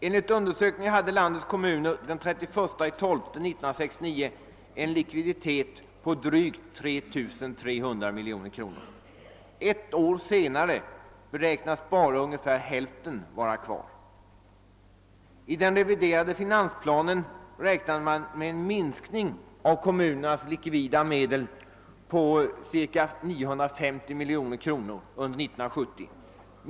Enligt undersökningen hade landets kommuner den 31 december 1969 en likviditet på drygt 3 300 miljoner kronor. Ett år senare beräknas bara ungefär hälften vara kvar. I den reviderade finansplanen räknade man med en minskning av kommunernas likvida medel på ca 950 miljoner kronor under 1970.